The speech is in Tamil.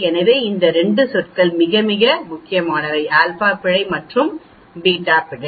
எனவே இந்த 2 சொற்கள் மிக மிக முக்கியமானவை ஆல்பா பிழை மற்றும் பீட்டா பிழை